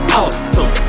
awesome